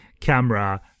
camera